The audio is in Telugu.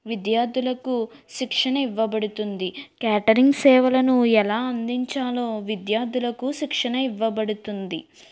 విద్యార్థులకు శిక్షణ ఇవ్వబడుతుంది క్యాటరింగ్ సేవలను ఎలా అందించాలో విద్యార్థులకు శిక్షణ ఇవ్వబడుతుంది